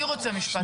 אני רוצה משפט.